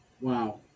wow